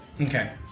Okay